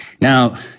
Now